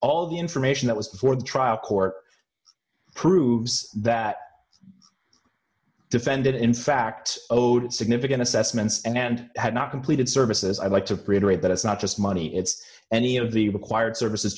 of the information that was before the trial court proves that defended in fact owed significant assessments and had not completed services i'd like to pray that it's not just money it's any of the required services